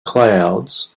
clouds